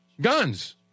guns